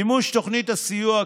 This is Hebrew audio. מימוש תוכנית הסיוע,